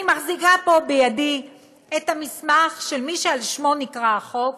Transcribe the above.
אני מחזיקה פה בידי את המסמך של מי שעל שמו נקרא החוק,